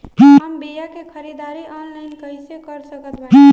हम बीया के ख़रीदारी ऑनलाइन कैसे कर सकत बानी?